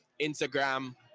Instagram